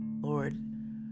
Lord